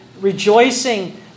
rejoicing